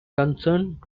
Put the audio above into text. concerned